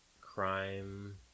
crime